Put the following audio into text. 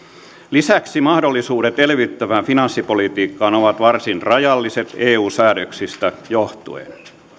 lisäksi mahdollisuudet elvyttävään finanssipolitiikkaan ovat varsin rajalliset eu säädöksistä johtuen